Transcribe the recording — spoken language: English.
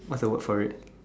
what's a word for it